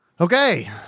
Okay